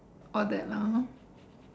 all that lah hor